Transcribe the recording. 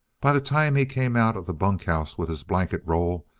by the time he came out of the bunkhouse with his blanket roll,